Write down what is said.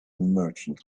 merchant